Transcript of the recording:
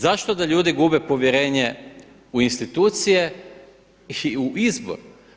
Zašto da ljudi gube povjerenje u institucije i u izbor.